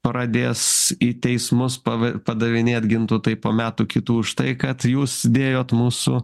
pradės į teismus pava padavinėt gintautai po metų kitų už tai kad jūs dėjot mūsų